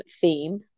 theme